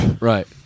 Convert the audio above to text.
Right